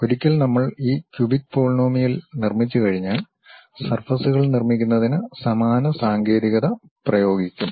ഒരിക്കൽ നമ്മൾ ഈ ക്യൂബിക് പോളിനോമിയലുകൾ നിർമ്മിച്ചുകഴിഞ്ഞാൽ സർഫസ്കൾ നിർമ്മിക്കുന്നതിന് സമാന സാങ്കേതികത പ്രയോഗിക്കും